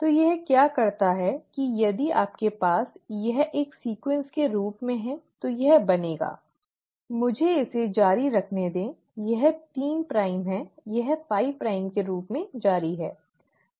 तो यह क्या करता है कि यदि आपके पास यह एक अनुक्रम के रूप में है तो यह बनेगा मुझे इसे जारी रखने दे यह 3 प्राइम है यह 5 प्राइम के रूप में जारी है